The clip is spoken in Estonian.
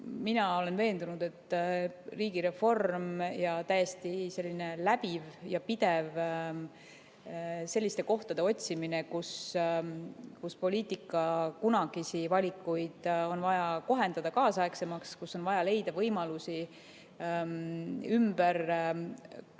Mina olen veendunud, et riigireformi ja läbivaid ja pidevaid selliste kohtade otsimisi, kus poliitika kunagisi valikuid on vaja kohendada kaasaegsemaks, kus on vaja leida võimalusi ümber korraldada,